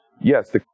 yes